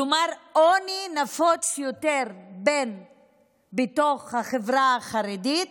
כלומר, עוני נפוץ יותר בתוך החברה החרדית